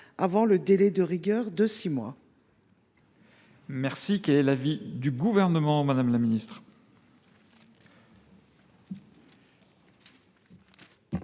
avant le délai de rigueur de six mois.